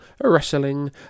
Wrestling